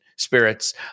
spirits